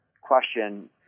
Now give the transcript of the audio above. question